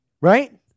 right